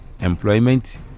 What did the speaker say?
employment